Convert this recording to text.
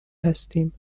هستیم